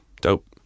dope